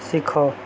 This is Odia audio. ଶିଖ